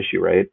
right